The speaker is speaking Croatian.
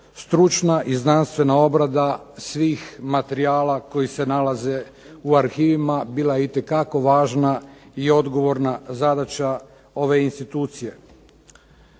stručna i znanstvena obrada svih materijala koji se nalaze u arhivima bila je itekako važna i odgovorna zadaća ove institucije.